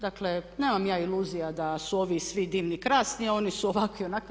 Dakle, nemam ja iluzija da su ovi svi divni krasni, a oni su ovakvi, onakvi.